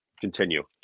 continue